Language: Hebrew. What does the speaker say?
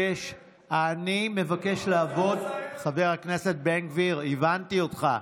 אני מבקש לעמוד, חבר הכנסת בן גביר, הבנתי אותך.